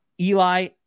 Eli